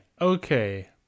okay